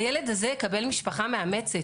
הילד הזה יקבל משפחה מאמצת.